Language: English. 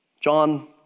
john